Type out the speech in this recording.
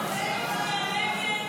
מצביע נגד.